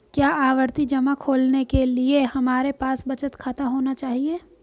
क्या आवर्ती जमा खोलने के लिए हमारे पास बचत खाता होना चाहिए?